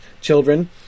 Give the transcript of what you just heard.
children